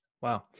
Wow